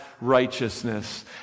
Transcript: righteousness